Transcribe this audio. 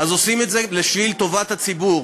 אז עושים את זה בשביל טובת הציבור.